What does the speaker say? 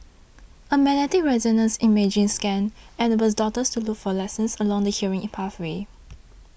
a magnetic resonance imaging scan enables doctors to look for lesions along the hearing pathway